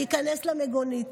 להיכנס למיגונית.